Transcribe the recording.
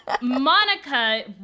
Monica